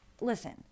listen